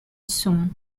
soon